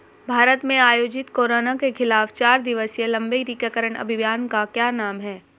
भारत में आयोजित कोरोना के खिलाफ चार दिवसीय लंबे टीकाकरण अभियान का क्या नाम है?